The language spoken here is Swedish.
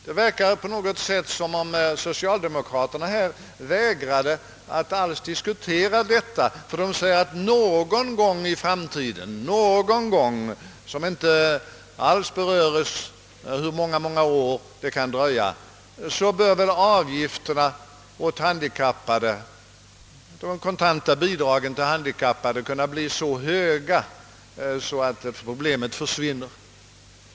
Det verkar på något sätt som om socialdemokraterna över huvud taget vägrar att diskutera denna fråga. De säger att någon gång i framtiden — de inte ens antyder hur många år det kan röra sig om — bör kontantbidragen till de handikappade bli så höga, att problemet försvinner.